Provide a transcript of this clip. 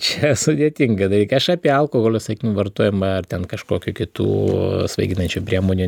čia sudėtingą dalyką aš apie alkoholio vartojimą ar ten kažkokių kitų svaiginančių priemonių